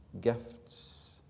gifts